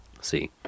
see